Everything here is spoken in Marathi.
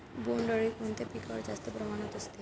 बोंडअळी कोणत्या पिकावर जास्त प्रमाणात असते?